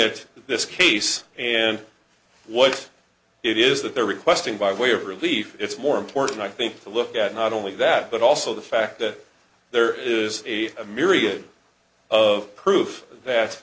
at this case and what it is that they're requesting by way of relief it's more important i think to look at not only that but also the fact that there is a myriad of proof that